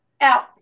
out